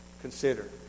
consider